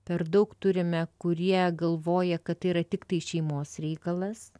per daug turime kurie galvoja kad tai yra tiktai šeimos reikalas